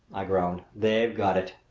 i groaned they've got it!